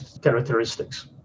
characteristics